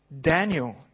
Daniel